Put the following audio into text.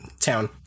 town